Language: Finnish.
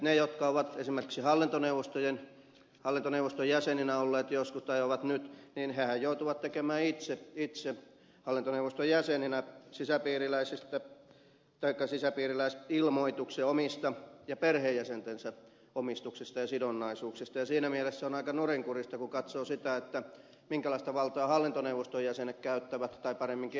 nehän jotka ovat esimerkiksi hallintoneuvoston jäseninä olleet joskus tai ovat nyt joutuvat tekemään itse hallintoneuvoston jäseninä sisäpiiriläisilmoituksen omista ja perheenjäsentensä omistuksista ja sidonnaisuuksista ja siinä mielessä on aika nurinkurista kun katsoo sitä minkälaista valtaa hallintoneuvoston jäsenet käyttävät tai paremminkin eivät käytä